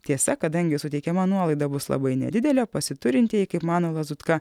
tiesa kadangi suteikiama nuolaida bus labai nedidelė pasiturintieji kaip mano lazutka